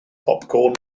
popcorn